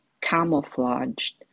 camouflaged